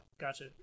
Gotcha